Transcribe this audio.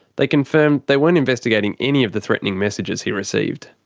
they confirmed they weren't investigating any of the threatening messages he received.